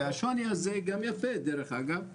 והשוני הזה גם יפה דרך אגב,